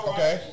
Okay